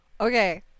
Okay